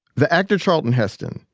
the actor charlton heston,